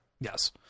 Yes